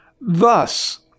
Thus